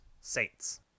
Saints